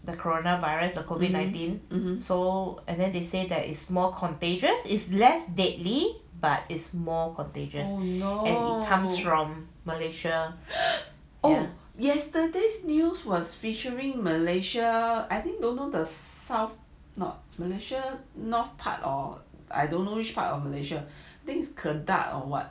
oh no oh yesterday's news was featuring malaysia I think don't know the south not malaysia north part or I don't know which part of malaysia things I think its kedah or what